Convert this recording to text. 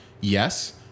Yes